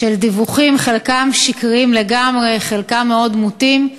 של דיווחים, חלקם שקריים לגמרי, חלקם מאוד מוטים.